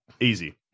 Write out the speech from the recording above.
Easy